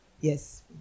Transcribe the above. yes